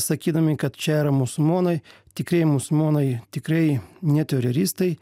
sakydami kad čia yra musulmonai tikrieji musulmonai tikrai ne teroristai